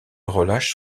relâche